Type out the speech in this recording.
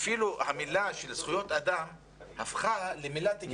אפילו המילה של זכויות אדם הפכה למילת גנאי.